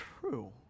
true